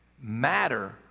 Matter